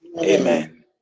amen